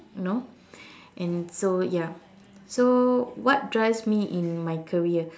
you know and so ya so what drives me in my career